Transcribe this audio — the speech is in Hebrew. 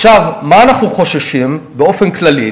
ממה אנחנו חוששים באופן כללי?